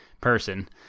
person